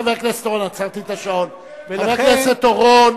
חבר הכנסת אורון,